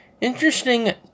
interesting